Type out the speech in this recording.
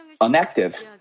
inactive